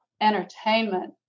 entertainment